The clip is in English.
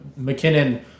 McKinnon